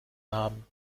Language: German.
haben